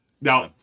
Now